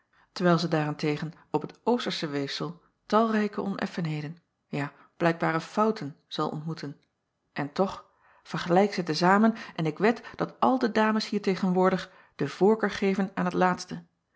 terwijl zij daar-en-tegen op het ostersche weefsel talrijke oneffenheden ja blijkbare fouten zal ontmoeten en toch vergelijk ze te zamen en ik wed dat al de dames hier tegenwoordig de voorkeur geven aan het laatste